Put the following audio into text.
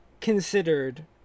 considered